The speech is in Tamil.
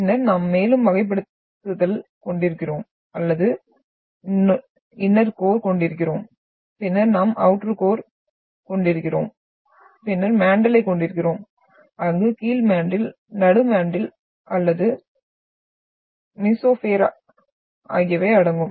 பின்னர் நாம் மேலும் வகைப்படுத்தல்களைக் கொண்டிருக்கிறோம் அல்லது இந்நர் கோர் கொண்டிருக்கிறோம் பின்னர் நாம் அவுட்டர் கோர் கொண்டிருக்கிறோம் பின்னர் மேன்டலைக் கொண்டிருக்கிறோம் அங்கு கீழ் மேன்டில் நடு மேன்டில் அல்லது மெசோஸ்பியர் ஆகியவை அடங்கும்